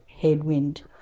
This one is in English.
headwind